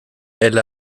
elle